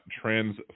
trans